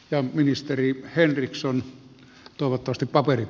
ja ministeri henriksson tuovat osti paperit